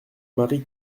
marie